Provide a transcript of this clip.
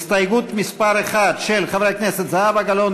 הסתייגות מס' 1 של חברי הכנסת זהבה גלאון,